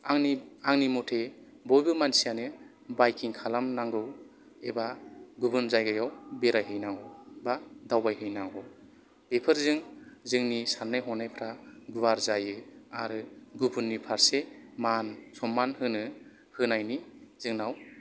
आंनि आंनि मथे बयबो मानसियानो बाइकिं खालामनांगौ एबा गुबुन जायगायाव बेरायहैनांगौ बा दावबायहैनांगौ बेफोरजों जोंनि साननाय हनायफ्रा गुवार जायो आरो गुबुननि फारसे मान सनमान होनो बा होनायनि जोंनाव